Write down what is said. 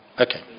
Okay